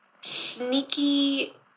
sneaky